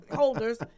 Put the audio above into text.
holders